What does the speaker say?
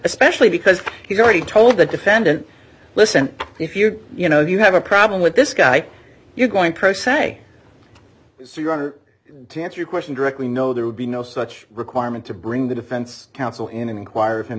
especially because he's already told the defendant listen if you you know you have a problem with this guy you're going pro se so your honor to answer your question directly no there would be no such requirement to bring the defense counsel in and